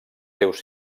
seus